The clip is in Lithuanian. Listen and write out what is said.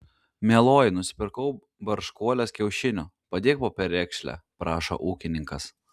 mieloji nusipirkau barškuolės kiaušinių padėk po perekšle prašo ūkininkas